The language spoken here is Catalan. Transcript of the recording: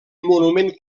monument